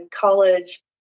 college